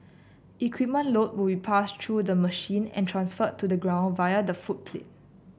equipment load will be passed through the machine and transferred to the ground via the footplate